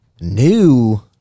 new